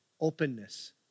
openness